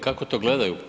Kako to gledaju?